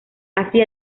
así